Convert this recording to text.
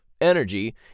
energy